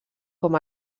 com